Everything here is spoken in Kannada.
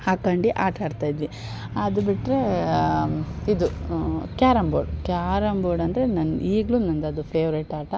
ಹಾಕೊಂಡು ಆಟ ಆಡ್ತಾಯಿದ್ವಿ ಅದು ಬಿಟ್ಟರೆ ಇದು ಕ್ಯಾರಮ್ ಬೋರ್ಡ್ ಕ್ಯಾರಮ್ ಬೋರ್ಡ್ ಅಂದರೆ ನನ್ನ ಈಗಲೂ ನಂದದು ಫೆವ್ರೇಟ್ ಆಟ